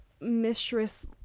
mistress